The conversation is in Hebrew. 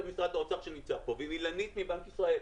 ממשרד האוצר שנמצא כאן ועם אילנית מבנק ישראל,